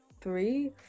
three